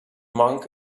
monk